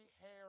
hair